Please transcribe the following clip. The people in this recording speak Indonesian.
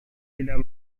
tidak